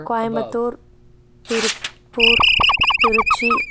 Coimbatore Tiruppur Trichy